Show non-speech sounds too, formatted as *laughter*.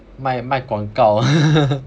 卖卖广告 *laughs*